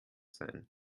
sein